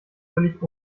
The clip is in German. völlig